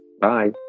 Bye